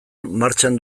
martxan